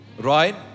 right